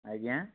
ଆଜ୍ଞା